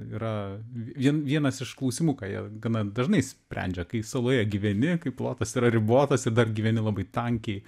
yra vien vienas iš klausimų ką jie gana dažnai sprendžia kai saloje gyveni kai plotas yra ribotas ir dar gyveni labai tankiai